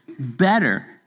better